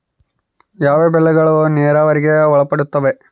ಯಾವ ಬೆಳೆಗಳು ನೇರಾವರಿಗೆ ಒಳಪಡುತ್ತವೆ?